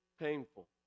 painful